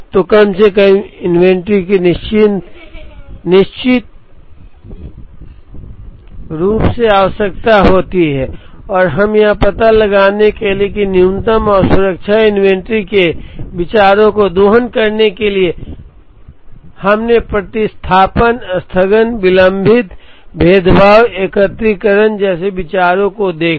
तो कम से कम इन्वेंट्री की निश्चित रूप से आवश्यकता होती है और यह पता लगाने के लिए कि न्यूनतम और सुरक्षा इन्वेंट्री से विचारों का दोहन करने के लिए कि हमने प्रतिस्थापन स्थगन विलंबित भेदभाव एकत्रीकरण जैसे विचारों को देखा